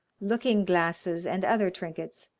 looking-glasses, and other trinkets,